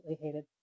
hated